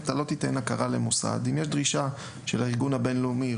אומר: אתה לא תיתן הכרה למוסד אם יש דרישה של הארגון הבין-לאומי.